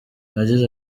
yagize